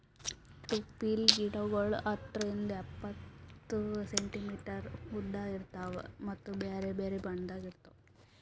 tulip ಗಿಡಗೊಳ್ ಹತ್ತರಿಂದ್ ಎಪ್ಪತ್ತು ಸೆಂಟಿಮೀಟರ್ ಉದ್ದ ಇರ್ತಾವ್ ಮತ್ತ ಬ್ಯಾರೆ ಬ್ಯಾರೆ ಬಣ್ಣದಾಗ್ ಇರ್ತಾವ್